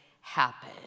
happen